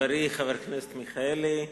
תודה רבה, חברי חבר הכנסת מיכאלי,